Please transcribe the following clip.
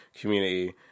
community